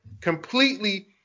completely